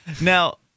Now